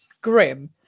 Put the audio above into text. grim